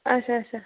آچھا آچھا